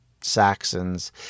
Saxons